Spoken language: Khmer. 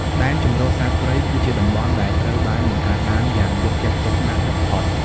ដែនជម្រកសត្វព្រៃ គឺជាតំបន់ដែលត្រូវបានបង្កើតឡើងយ៉ាងយកចិត្តទុកដាក់បំផុត។